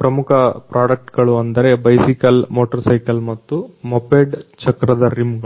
ಪ್ರಮುಖ ಪ್ರಾಡಕ್ಟ್ ಗಳು ಅಂದರೆ ಬೈಸಿಕಲ್ ಮೋಟರ್ ಸೈಕಲ್ ಮತ್ತು ಮೊಪೆಡ್ ಚಕ್ರದ ರಿಮ್ ಗಳು